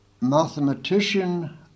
Mathematician